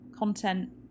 content